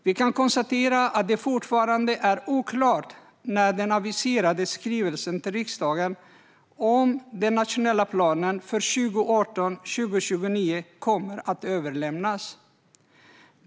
Vi kan konstatera att det fortfarande är oklart när den aviserade skrivelsen till riksdagen om den nationella planen för 2018-2029 kommer att överlämnas.